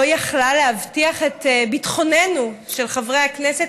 לא יכלה להבטיח את ביטחונם של חברי הכנסת